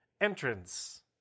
entrance